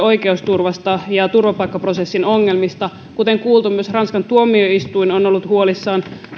oikeusturvasta ja turvapaikkaprosessin ongelmista kuten kuultu myös ranskan tuomioistuin on ollut huolissaan